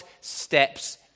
steps